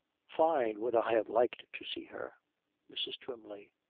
fine would i have liked to see her mrs. twymley.